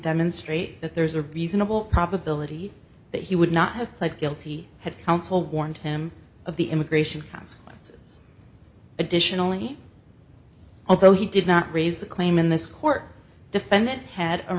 demonstrate that there is a reasonable probability that he would not have pled guilty had counsel warned him of the immigration consequences additionally although he did not raise the claim in this court defendant had a